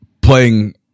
playing